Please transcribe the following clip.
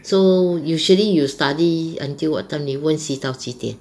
so usually you study until what time you 温习到几点